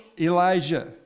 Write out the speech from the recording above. Elijah